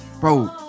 Bro